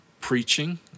preaching